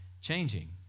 changing